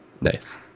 Nice